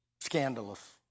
scandalous